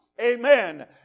Amen